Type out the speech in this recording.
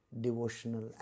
devotional